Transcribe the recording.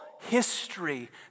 history